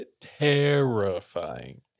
terrifying